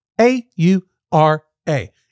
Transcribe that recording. A-U-R-A